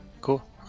Cool